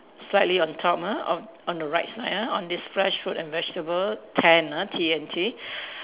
slightly on top ah on on the right side ah on this fresh fruit and vegetable tent ah T E N T